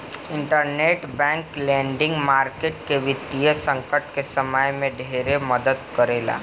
interbank lending market वित्तीय संकट के समय में ढेरे मदद करेला